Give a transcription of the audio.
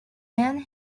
man